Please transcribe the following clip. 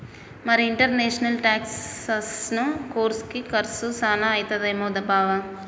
మరి ఇంటర్నేషనల్ టాక్సెసను కోర్సుకి కర్సు సాన అయితదేమో బావా